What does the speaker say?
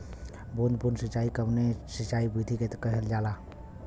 बूंद बूंद सिंचाई कवने सिंचाई विधि के कहल जाला?